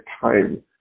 time